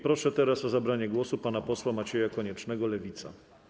Proszę o zabranie głosu pana posła Macieja Koniecznego, Lewica.